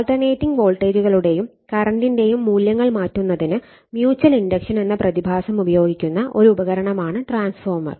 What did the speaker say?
alternating വോൾട്ടേജുകളുടെയും കറന്റിന്റെയും മൂല്യങ്ങൾ മാറ്റുന്നതിന് മ്യൂച്ചൽ ഇൻഡക്ഷൻ എന്ന പ്രതിഭാസം ഉപയോഗിക്കുന്ന ഒരു ഉപകരണമാണ് ട്രാൻസ്ഫോർമർ